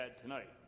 tonight